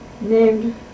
named